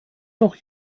noch